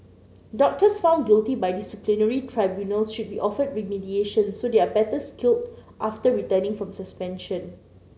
doctors found guilty by disciplinary tribunals should be offered remediation so they are better skilled after returning from suspension